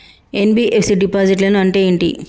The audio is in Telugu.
ఎన్.బి.ఎఫ్.సి డిపాజిట్లను అంటే ఏంటి?